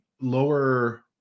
lower